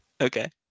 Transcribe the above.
Okay